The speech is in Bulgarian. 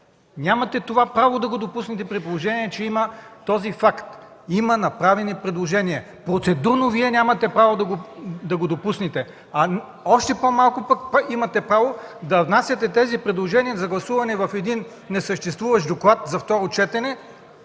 Нямате това право да го допуснете, при положение че има този факт – има направени предложения. Процедурно Вие нямате право да го допуснете, а още по-малко пък имате право да внасяте тези предложения за гласуване в един несъществуващ доклад за второ четене,